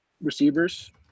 receivers